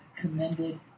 commended